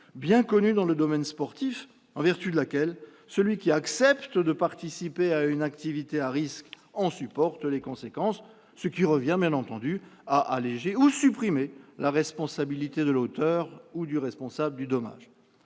bien connue dans le domaine sportif, en vertu de laquelle celui qui accepte de participer à une activité à risque en supporte les conséquences, ce qui revient à alléger ou supprimer la responsabilité de l'auteur ou du responsable du dommage.